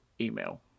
email